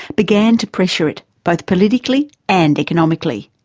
began to pressure it both politically and economically.